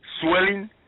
swelling